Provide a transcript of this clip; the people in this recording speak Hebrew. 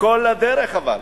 כל הדרך אבל.